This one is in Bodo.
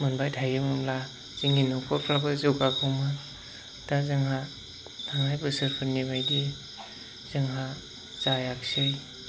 मोनबाय थायोमोनब्ला जोंनि न'खरफ्राबो जौगागौमोन दा जोंहा थांनाय बोसोरफोरनिबायदि जोंहा जायाखैसै